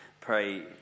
Pray